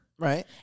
Right